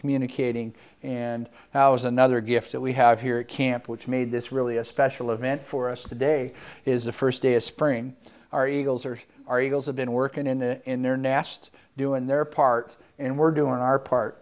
communicating and now is another gift that we have here at camp which made this really a special event for us today is the first day of spring our eagles or our eagles have been working in their nast doing their part and we're doing our part